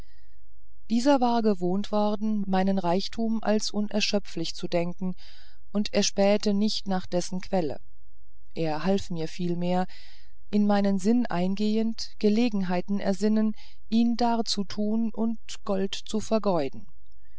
dieser war gewohnt worden meinen reichtum als unerschöpflich zu denken und er spähte nicht nach dessen quellen er half mir vielmehr in meinen sinn eingehend gelegenheiten ersinnen ihn darzutun und gold zu vergeuden